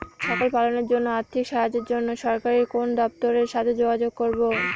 ছাগল পালনের জন্য আর্থিক সাহায্যের জন্য সরকারি কোন দপ্তরের সাথে যোগাযোগ করব?